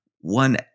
one